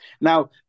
now